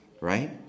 right